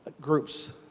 groups